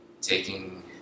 Taking